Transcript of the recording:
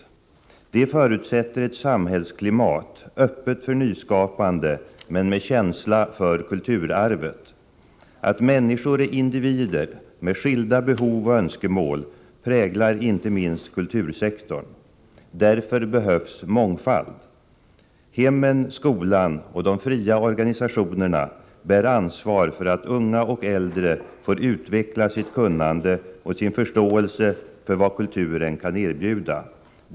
Det förutsätter ett samhällsklimat öppet för nyskapande men med känsla för kulturarvet. Att människor är individer med skilda behov och önskemål präglar inte minst kultursektorn. Därför behövs mångfald. Hemmen, skolan och de fria organisationerna bär ansvar för att unga och äldre får utveckla sitt kunnande och sin förståelse för vad kulturen kan erbjuda.